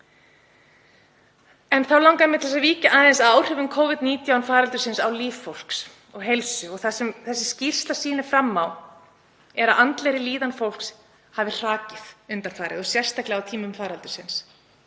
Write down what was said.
Þá langar mig til að víkja aðeins að áhrifum Covid-19 faraldursins á líf fólks og heilsu. Það sem þessi skýrsla sýnir fram á er að andlegri líðan fólks hafi hrakað undanfarið og sérstaklega á tímum faraldursins.